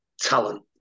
talent